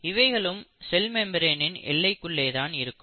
இவைகளும் செல் மெம்பிரெனின் எல்லைக்குள்ளே தான் இருக்கும்